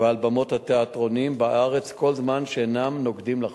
ועל בימות התיאטראות בארץ כל זמן שאינם נוגדים לחוק.